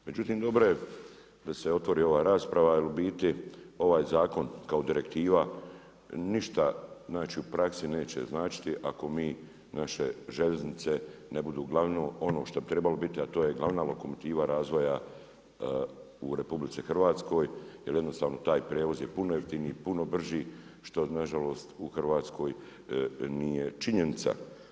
Međutim dobro je da se otvori ova rasprava jer u biti ovaj zakon kao direktiva, ništa, znači u praksi neće značiti ako mi, naše željeznice ne budu uglavnom ono što bi trebalo biti a to je glavna lokomotiva razvoja u RH jer jednostavno taj prijevoz je puno jeftiniji, puno brži što nažalost u Hrvatskoj nije činjenica.